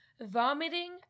Vomiting